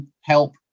help